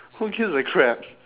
who gives a crap